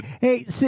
hey